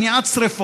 94),